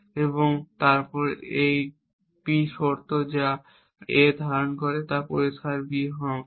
এবং তারপর এর p শর্ত যা A ধারণ করে তা পরিষ্কার B হওয়া উচিত